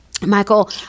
Michael